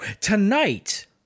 tonight